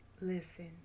Listen